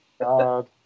God